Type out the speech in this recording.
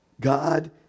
God